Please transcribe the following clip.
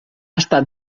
estat